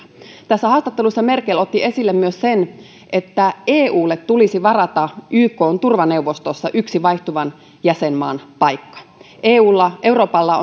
tässä haastattelussa merkel otti esille myös sen että eulle tulisi varata ykn turvaneuvostossa yksi vaihtuvan jäsenmaan paikka euroopalla